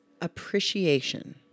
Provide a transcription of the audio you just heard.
appreciation